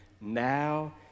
now